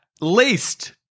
least